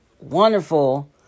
wonderful